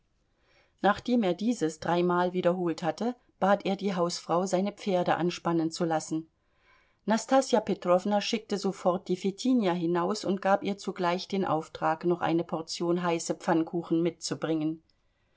nachdem er dieses dreimal wiederholt hatte bat er die hausfrau seine pferde anspannen zu lassen nastassja petrowna schickte sofort die fetinja hinaus und gab ihr zugleich den auftrag noch eine portion heiße pfannkuchen mitzubringen